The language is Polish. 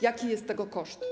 Jaki jest tego koszt?